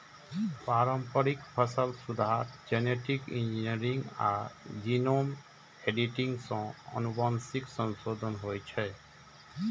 पारंपरिक फसल सुधार, जेनेटिक इंजीनियरिंग आ जीनोम एडिटिंग सं आनुवंशिक संशोधन होइ छै